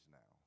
now